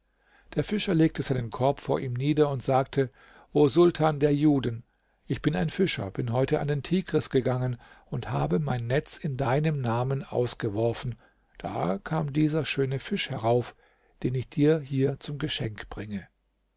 der fischer legte seinen korb vor ihm nieder und sagte o sultan der juden ich bin ein fischer bin heute an den tigris gegangen und habe mein netz in deinem namen ausgeworfen da kam dieser schöne fisch herauf den ich dir hier zum geschenk bringe